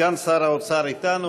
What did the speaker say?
סגן שר האוצר אתנו,